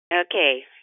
Okay